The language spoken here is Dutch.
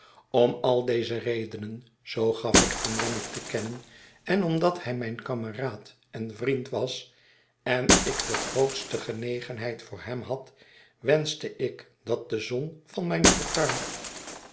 om al deze redenen zoo gaf ik aan wemmick te kennen en omdat hij mijn kameraad en vriend was en ik de grootste genegenheid voor hem had wenschte ik dat de zon van mijn fortuin